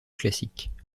classiques